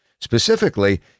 Specifically